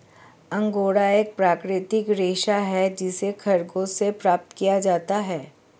angora एक प्राकृतिक रेशा है जिसे खरगोश से प्राप्त किया जाता है